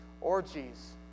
orgies